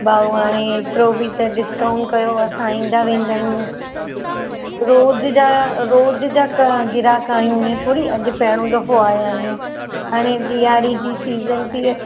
भाऊ हाणे एतिरो बि त डिस्काउंट कयो असां ईंदा वेंदा आहियूं रोज जा रोज जा ग्राहक आहियूं हीअं थोरी अॼु पहिरीं दफ़ा आई आहियूं हाणे ॾियारी जी सीज़न